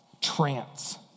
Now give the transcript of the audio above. trance